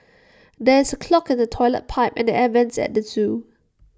there is A clog in the Toilet Pipe and the air Vents at the Zoo